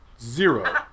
Zero